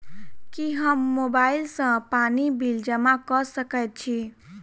की हम मोबाइल सँ पानि बिल जमा कऽ सकैत छी?